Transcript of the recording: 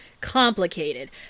complicated